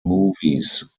movies